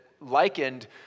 likened